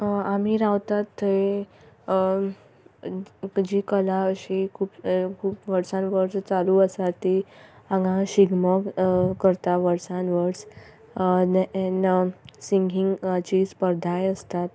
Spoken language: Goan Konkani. आमी रावतात थंय जी कला अशी खूब वर्सान वर्स चालू आसा ती हांगा शिगमो करता वर्सान वर्स ऍन्ड सिंगिंगाची स्पर्धाय आसता